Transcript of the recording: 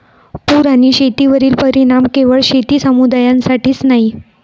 पूर आणि शेतीवरील परिणाम केवळ शेती समुदायासाठीच नाही